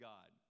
God